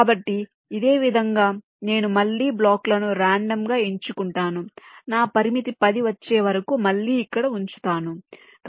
కాబట్టి ఇదే విధంగా నేను మళ్ళీ బ్లాక్లను రాండమ్ గా ఎంచుకుంటాను నా పరిమితి 10 వచ్చే వరకు మళ్ళీ ఇక్కడ వుంచుతాను